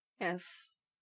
Yes